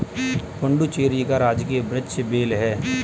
पुडुचेरी का राजकीय वृक्ष बेल है